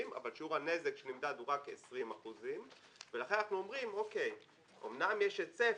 אבל שיעור הנזק שנמדד הוא רק 20%. ולכן אנחנו אומרים שאומנם יש היצף